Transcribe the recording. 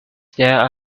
there